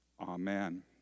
Amen